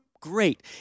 great